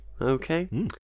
okay